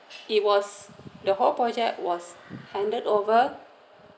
it was the whole project was handed over